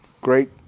great